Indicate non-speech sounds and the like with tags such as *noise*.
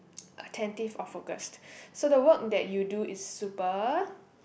*noise* attentive or focused so the work that you do is super